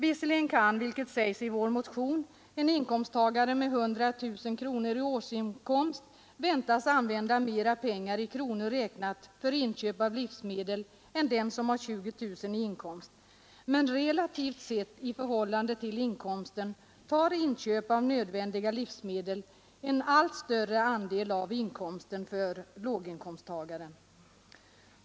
Visserligen kan, vilket sägs i vår motion, en inkomsttagare med 100 000 kronor i årsinkomst väntas använda mera pengar i kronor räknat för inköp av livsmedel än den som har 20 000 kronor i inkomst. Men relativt sett, i förhållande till inkomsten, tar inköp av nödvändiga livsmedel en allt större andel av inkomsten för låginkomsttagaren.